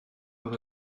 oedd